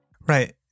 Right